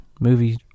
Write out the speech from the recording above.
movie